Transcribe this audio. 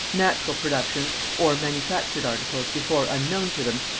natural productions or manufactured articles before unknown to them,